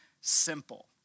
simple